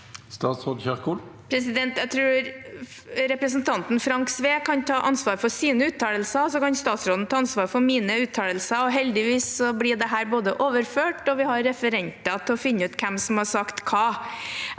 Jeg tror repre- sentanten Frank Sve kan ta ansvar for sine uttalelser, så kan jeg som statsråd ta ansvar for mine uttalelser. Heldigvis blir dette både overført og vi har referenter til å finne ut hvem som har sagt hva.